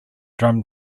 drum